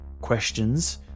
questions